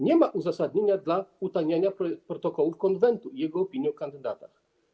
Nie ma uzasadnienia dla utajniania protokołów konwentu i jego opinii o kandydatach.